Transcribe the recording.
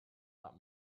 that